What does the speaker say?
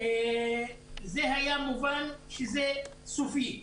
זה היה מובן שזה סופי.